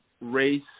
race